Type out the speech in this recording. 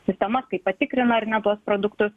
sistemas kaip patikrina ar ne tuos produktus